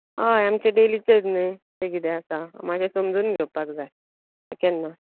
हय आमचे डेलीचेच न्हय ते कितें आसा मात्शे समजून घेवपाक जाय केन्ना